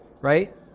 right